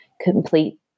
complete